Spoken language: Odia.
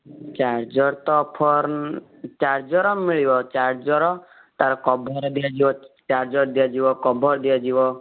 ଚାର୍ଜର୍ ତ ଅଫର୍ ଚାର୍ଜର୍ ମିଳିବ ଚାର୍ଜର୍ ତା'ର କଭର୍ ବି ଦିଆଯିବ ଚାର୍ଜର୍ ଦିଆଯିବ କଭର୍ ଦିଆଯିବ